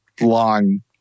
long